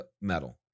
metal